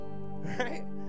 Right